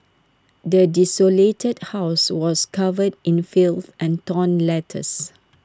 the desolated house was covered in filth and torn letters